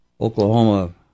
Oklahoma